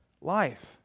life